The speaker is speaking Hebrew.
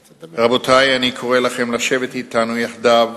רבותי, אני קורא לכם לשבת אתנו יחדיו